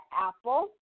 apple